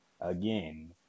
Again